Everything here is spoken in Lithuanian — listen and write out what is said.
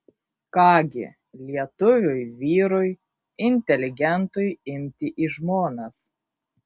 ką gi lietuviui vyrui inteligentui imti į žmonas